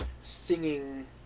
singing